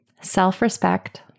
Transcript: self-respect